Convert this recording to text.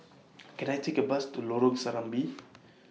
Can I Take A Bus to Lorong Serambi